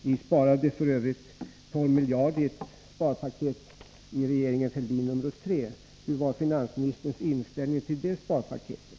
Vi sparade f. ö. 12 miljarder i ett sparpaket i regeringen Fälldin III. Vilken var finansministerns inställning till det sparpaketet?